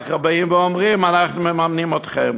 אחר כך באים ואומרים: אנחנו מממנים אתכם.